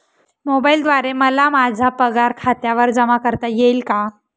मोबाईलद्वारे मला माझा पगार खात्यावर जमा करता येईल का?